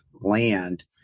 land